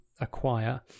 acquire